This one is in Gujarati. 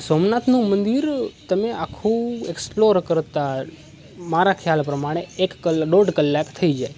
સોમનાથનું મંદિર તમે આખું એક્સપ્લોર કરતાં મારા ખ્યાલ પ્રમાણે એક ક દોઢ કલાક થઈ જાય